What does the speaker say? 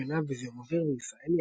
קרינה וזיהום אוויר בישראל,